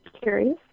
curious